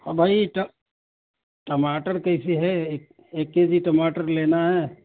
ہاں بھئی ٹماٹر کیسے ہے ایک کے جی ٹماٹر لینا ہے